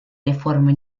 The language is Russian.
реформа